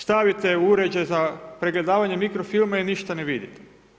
Stavite uređaj za pregledavanje mikro filma i ništa ne vidite.